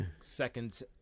seconds